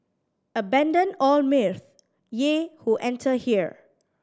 abandon all mirth ye who enter here